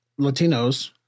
Latinos